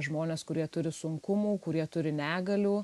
žmones kurie turi sunkumų kurie turi negalių